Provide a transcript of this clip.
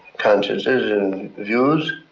consciences and views.